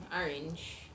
Orange